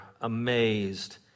amazed